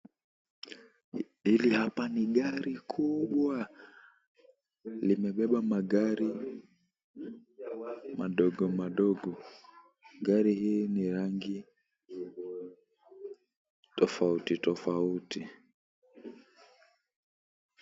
Hili hapa ni gari kubwa, limebeba magari madogo madogo. Gari hii ni rangi tofauti tofauti.